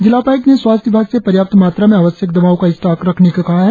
जिला उपाय्क्त ने स्वास्थ्य विभाग से पर्याप्त मात्रा में आवश्यक दवाओं का स्टॉक रखने को कहा है